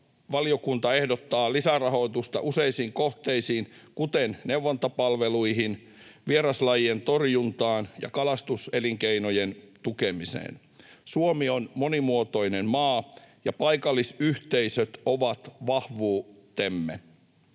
valiokunta ehdottaa lisärahoitusta useisiin kohteisiin, kuten neuvontapalveluihin, vieraslajien torjuntaan ja kalastuselinkeinojen tukemiseen. Suomi on monimuotoinen maa, ja paikallisyhteisöt ovat vahvuutemme.